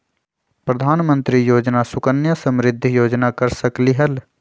प्रधानमंत्री योजना सुकन्या समृद्धि योजना कर सकलीहल?